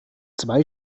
zwei